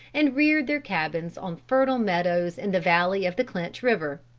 and reared their cabins on fertile meadows in the valley of the clinch river.